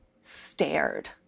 stared